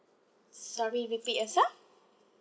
sorry repeat yourself